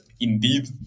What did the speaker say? indeed